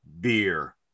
beer